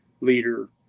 leader